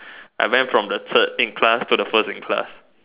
I went from the third in class to the first in class